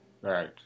Right